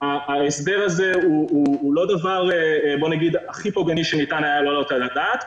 ההסדר הזה הוא לא הדבר הכי פוגעני שניתן היה להעלות על הדעת,